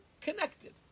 connected